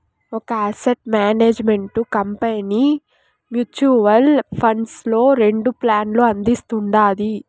ఒక asset management company mutual funds లో రెండు ప్లాన్లు అందిస్తుండాది